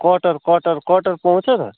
कटहर कटहर कटहर पाउँछ त